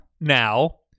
now